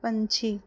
ਪੰਛੀ